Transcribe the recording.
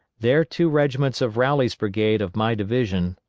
there two regiments of rowley's brigade of my division,